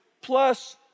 plus